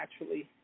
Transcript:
naturally